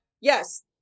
Yes